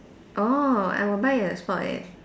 orh I will buy at the spot leh